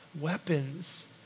weapons